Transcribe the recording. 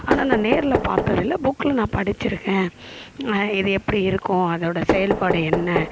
ஆனால் நான் நேரில் பார்த்தது இல்லை புக்கில் நான் படித்து இருக்கேன் இது எப்படி இருக்கும் அதோடய செயல்பாடு என்ன